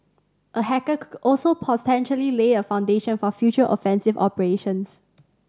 a hacker could also potentially lay a foundation for future offensive operations